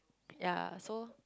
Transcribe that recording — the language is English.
ya so